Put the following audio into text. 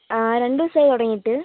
ആ രണ്ട് ദിവസമായി തുടങ്ങിയിട്ട്